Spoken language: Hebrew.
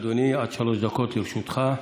בבקשה, אדוני, עד שלוש דקות לרשותך.